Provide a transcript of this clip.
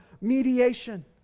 mediation